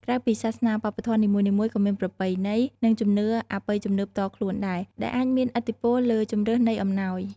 ក្រៅពីសាសនា វប្បធម៌នីមួយៗក៏មានប្រពៃណី និងជំនឿអបិយជំនឿផ្ទាល់ខ្លួនដែរ ដែលអាចមានឥទ្ធិពលលើជម្រើសនៃអំណោយ។